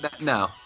no